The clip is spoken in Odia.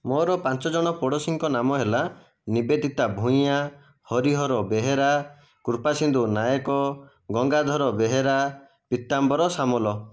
ମୋର ପାଞ୍ଚ ଜଣ ପଡ଼ୋଶୀଙ୍କ ନାମ ହେଲା ନିବେଦିତା ଭୂଇୟାଁ ହରିହର ବେହେରା କୃପାସିନ୍ଧୁ ନାୟକ ଗଙ୍ଗାଧର ବେହେରା ପୀତାମ୍ବର ସାମଲ